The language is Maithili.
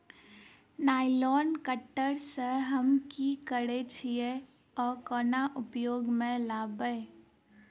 नाइलोन कटर सँ हम की करै छीयै आ केना उपयोग म लाबबै?